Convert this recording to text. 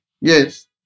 Yes